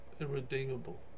irredeemable